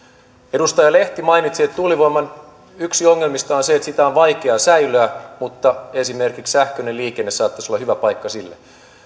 edustaja lehti mainitsi että yksi tuulivoiman ongelmista on se että sitä on vaikea säilöä mutta esimerkiksi sähköinen liikenne saattaisi olla hyvä paikka sille